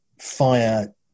Fire